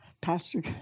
pastor